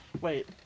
Wait